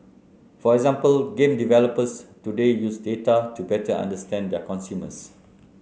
for example game developers today use data to better understand their consumers